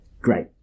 Great